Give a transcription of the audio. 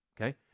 Okay